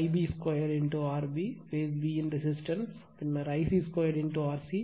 Ib 2 RB phase b இன் resistance பின்னர் Ic 2 RC